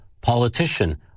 politician